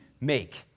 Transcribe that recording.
make